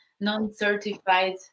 non-certified